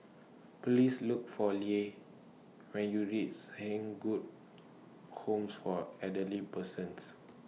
Please Look For Lea when YOU REACH Saint Good Home For Elderly Persons